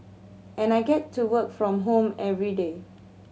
and I get to work from home everyday